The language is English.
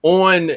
on